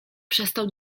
przestał